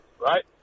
right